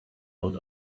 out